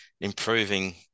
improving